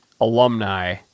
alumni